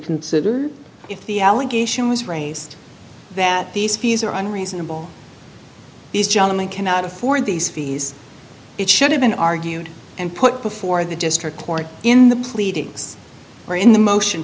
consider if the allegation was raised that these fees are unreasonable these gentlemen cannot afford these fees it should have been argued and put before the district court in the pleadings or in the motion